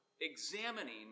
examining